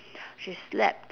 she slept